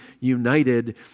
united